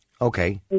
Okay